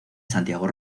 santiago